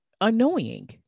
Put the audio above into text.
annoying